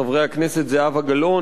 חברי הכנסת זהבה גלאון,